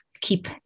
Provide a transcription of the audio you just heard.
keep